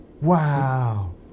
Wow